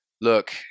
look